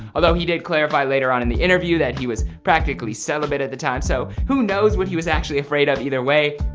although he did clarify later on in the interview that he was practically celibate at the time, so who knows what he was actually afraid of. either way,